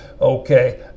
Okay